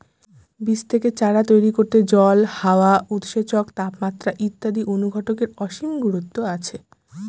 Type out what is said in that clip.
বীজ থেকে চারা তৈরি করতে জল, হাওয়া, উৎসেচক, তাপমাত্রা ইত্যাদি অনুঘটকের অসীম গুরুত্ব আছে